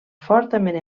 fortament